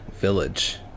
Village